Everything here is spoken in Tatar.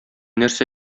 нәрсә